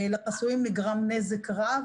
לחסויים נגרם נזק רב.